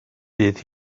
bydd